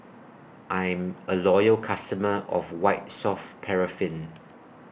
I'm A Loyal customer of White Soft Paraffin